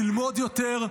ללמוד יותר,